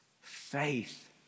faith